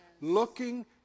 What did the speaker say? Looking